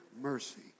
mercy